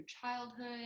childhood